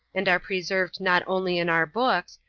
and are preserved not only in our books,